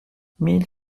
mille